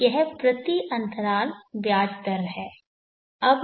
तो यह प्रति अंतराल ब्याज दर है